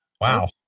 Wow